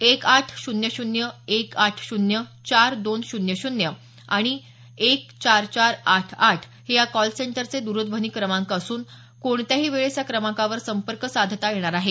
एक आठ शून्य शून्य एक आठ शून्य चार दोन शून्य शून्य आणि एक चार चार आठ आठ हे या कॉल सेंटरचे दूरध्वनी क्रमांक असून कोणत्याही वेळेस या क्रमांकावर संपर्क साधता येणार आहे